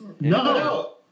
No